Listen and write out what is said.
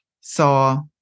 saw